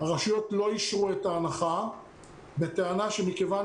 הרשויות לא אישרו את ההנחה בטענה שמכיוון